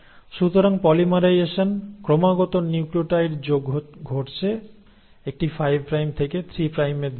সুতরাং পলিমারাইজেশন ক্রমাগত নিউক্লিওটাইড যোগ ঘটছে একটি 5 প্রাইম থেকে 3 প্রাইমের দিকে